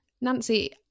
Nancy